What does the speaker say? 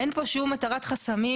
אין פה שום התרת חסמים.